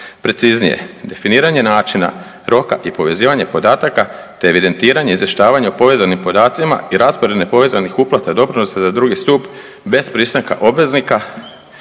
Preciznije, definiranje načina roka i povezivanje podataka, te evidentiranje i izvještavanje o povezanim podacima i raspored nepovezanih uplata doprinosa za drugi stup bez pristanka obveznika